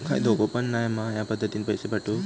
काय धोको पन नाय मा ह्या पद्धतीनं पैसे पाठउक?